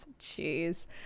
Jeez